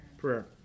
prayer